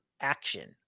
action